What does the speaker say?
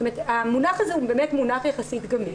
המונח הזה הוא באמת מונח יחסית גמיש.